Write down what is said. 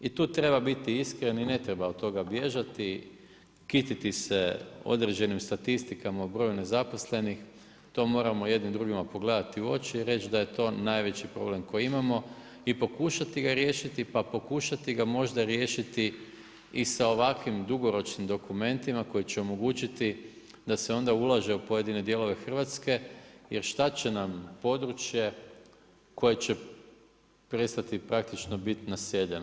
I tu treba biti iskren i ne treba od toga bježati, kititi se određenim statistikama o broju nezaposlenih, to moramo jedni drugima pogledati u oči i reći da je to najveći problem koji imamo i pokušati ga riješiti pa pokušati ga možda riješiti i sa ovakvim dugoročnim dokumentima koji će omogućiti da se onda ulaže u pojedine dijelove Hrvatske jer šta će nam područje koje će prestati praktično biti naseljeno.